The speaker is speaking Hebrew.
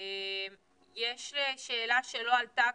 יש שאלה שלא עלתה כאן,